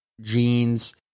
jeans